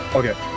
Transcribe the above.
okay